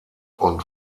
und